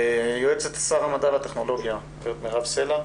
יועצת שר המדע והטכנולוגיה הגב' מירב סלע,